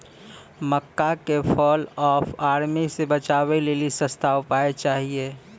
मक्का के fall of army से बचाबै लेली सस्ता उपाय चाहिए?